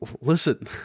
listen